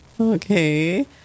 Okay